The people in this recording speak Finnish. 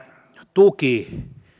tuki